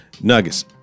Nuggets